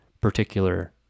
particular